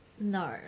No